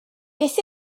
beth